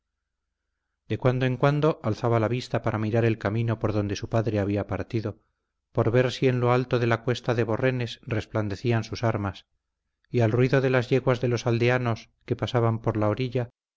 de cuando en cuando alzaba la vista para mirar el camino por donde su padre había partido por ver si en lo alto de la cuesta de borrenes resplandecían sus armas y al ruido de las yeguas de los aldeanos que pasaban por la orilla